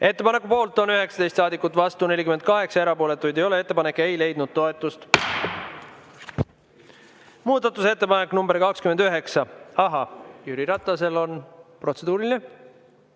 Ettepaneku poolt on 19 saadikut, vastu 48, erapooletuid ei ole. Ettepanek ei leidnud toetust. Muudatusettepanek nr 29. Ahaa, Jüri Ratasel on protseduuriline.